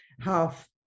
Half